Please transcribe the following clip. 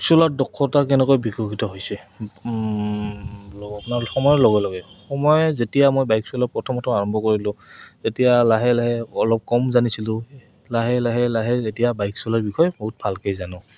চলাত দক্ষতা কেনেকৈ বিকশিত হৈছে আপোনাৰ সময়ৰ লগে লগে সময়ে যেতিয়া মই বাইক চলোৱাৰ প্ৰথম প্ৰথম আৰম্ভ কৰিলোঁ তেতিয়া লাহে লাহে অলপ কম জানিছিলোঁ লাহে লাহে লাহে যেতিয়া বাইক চলোৱাৰ বিষয়ে বহুত ভালকৈ জানো